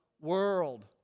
world